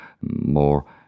more